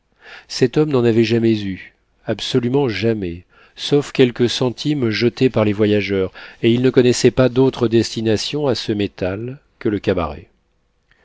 cet homme n'en avait jamais eu absolument jamais sauf quelques centimes jetés par les voyageurs et il ne connaissait pas d'autre destination à ce métal que le cabaret